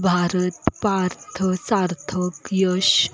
Bharat Parth Sarthak Yash